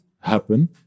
happen